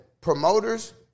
promoters